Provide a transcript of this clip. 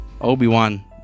Obi-Wan